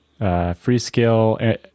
Freescale